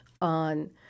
on